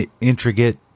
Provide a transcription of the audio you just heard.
intricate